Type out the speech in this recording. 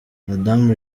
madamu